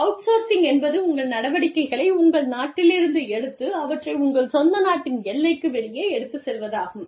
outsourcing என்பது உங்கள் நடவடிக்கைகளை உங்கள் நாட்டிலிருந்து எடுத்து அவற்றை உங்கள் சொந்த நாட்டின் எல்லைக்கு வெளியே எடுத்துச் செல்வதாகும்